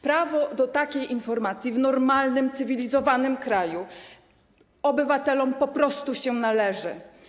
Prawo do takiej informacji w normalnym, cywilizowanym kraju obywatelom po prostu się należy.